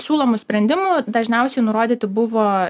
siūlomų sprendimų dažniausiai nurodyti buvo